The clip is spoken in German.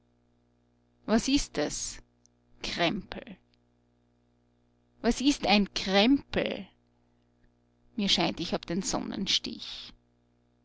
was ist das krempel was ist ein krempel mir scheint ich hab den sonnenstich